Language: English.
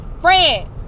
Friend